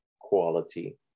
quality